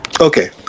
Okay